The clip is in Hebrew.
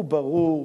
הוא ברור,